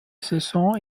saison